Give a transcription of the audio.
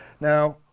Now